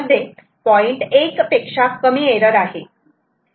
१ पेक्षा कमी एरर आहे